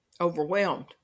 overwhelmed